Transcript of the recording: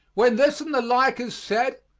when this and the like is said,